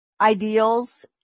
ideals